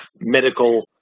medical